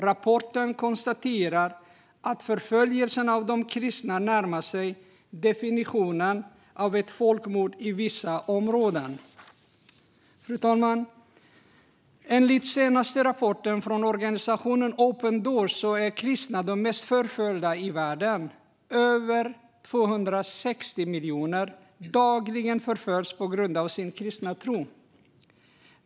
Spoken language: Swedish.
Rapporten konstaterar att förföljelsen av de kristna närmar sig definitionen av ett folkmord i vissa områden. Enligt den senaste årsrapporten från organisationen Open Doors är kristna de mest förföljda i världen, och över 260 miljoner förföljs dagligen på grund av sin kristna tro.